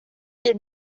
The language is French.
est